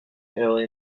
early